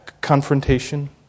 confrontation